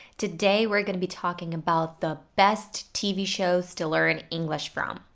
today we're going to be talking about the best tv shows to learn english from,